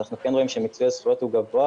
אז אנחנו כן רואים שמיצוי הזכויות הוא גבוה,